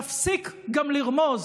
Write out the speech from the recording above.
תפסיק גם לרמוז,